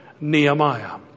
Nehemiah